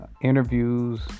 interviews